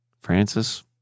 Francis